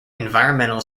environmental